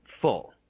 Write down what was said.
Full